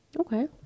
Okay